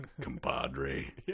compadre